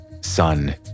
son